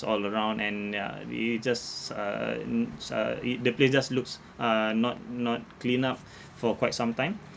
all around and ya they just uh uh it the place just looks uh not not cleaned up for quite some time